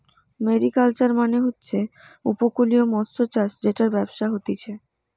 mariculture মানে হচ্ছে উপকূলীয় মৎস্যচাষ জেটার ব্যবসা হতিছে